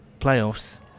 playoffs